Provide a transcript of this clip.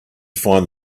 find